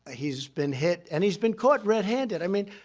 ah he's been hit. and he's been caught red-handed. i mean,